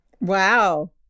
Wow